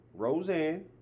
Roseanne